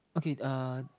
okay uh